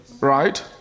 Right